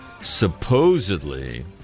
supposedly